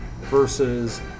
versus